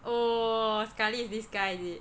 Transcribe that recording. oh sekali is this guy is it